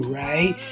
right